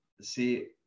see